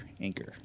Anchor